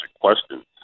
questions